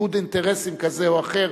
ניגוד אינטרסים כזה או אחר,